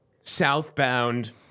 southbound